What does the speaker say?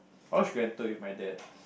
I watched grand tour with my dad